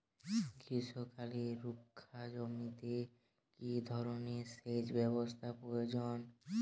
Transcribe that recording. গ্রীষ্মকালে রুখা জমিতে কি ধরনের সেচ ব্যবস্থা প্রয়োজন?